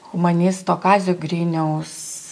humanisto kazio griniaus